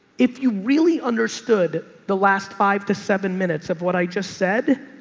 if you really understood the last five to seven minutes of what i just said,